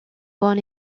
born